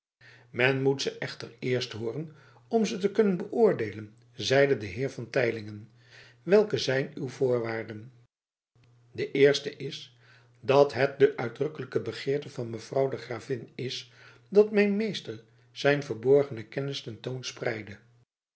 men moet ze echter eerst hooren om ze te kunnen beoordeelen zeide de heer van teylingen welke zijn uw voorwaarden de eerste is dat het de uitdrukkelijke begeerte van mevrouw de gravin is dat mijn meester zijn verborgene kennis